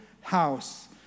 house